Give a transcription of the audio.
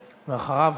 ואחריו,